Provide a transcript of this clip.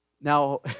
Now